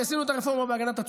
עשינו רפורמה,